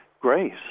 grace